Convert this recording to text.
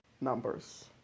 numbers